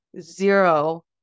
zero